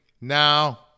Now